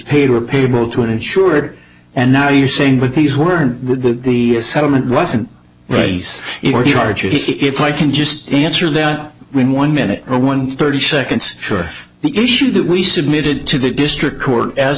paid repayable to an insurer and now you're saying but these were the settlement wasn't race or charges if i can just answer there are we one minute or one thirty seconds sure the issue that we submitted to the district court as